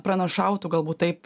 pranašautų galbūt taip